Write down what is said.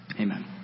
Amen